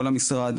כל המשרד,